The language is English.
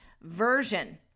version